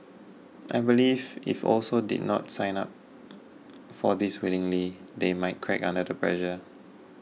I believe if also did not sign up for this willingly they might crack under the pressure